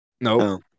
No